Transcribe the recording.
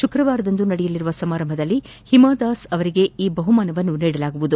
ಶುಕ್ರವಾರದಂದು ನಡೆಯಲಿರುವ ಸಮಾರಂಭವೊಂದರಲ್ಲಿ ಹಿಮಾದಾಸ್ ಅವರಿಗೆ ಬಹುಮಾನ ನೀಡಲಾಗುವುದು